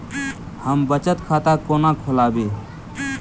हम बचत खाता कोना खोलाबी?